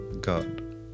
God